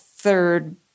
third